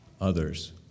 others